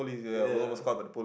ya